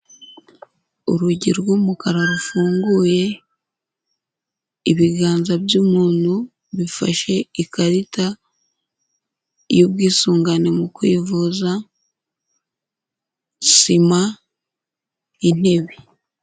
Urugi rw'umukara rufunguye, ibiganza by'umuntu bifashe ikarita y'ubwisungane mu kwivuza, sima, intebe.